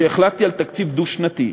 כשהחלטתי על תקציב דו-שנתי,